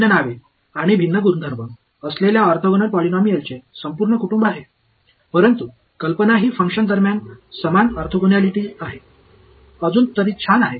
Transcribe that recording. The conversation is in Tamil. வெவ்வேறு பெயர்கள் மற்றும் வெவ்வேறு பண்புகளைக் கொண்ட ஆர்த்தோகனல் பாலினாமியல்களின் முழு குடும்பமும் உள்ளது ஆனால் யோசனை என்னவென்றால் செயல்பாடுகளுக்கு இடையில் ஒரே ஆர்த்தோகனாலிட்டி இதுவரை மிகவும் நன்றாக இருந்தது